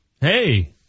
Hey